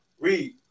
read